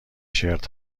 شرت